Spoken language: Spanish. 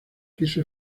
quiso